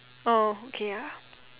oh okay ah